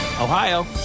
Ohio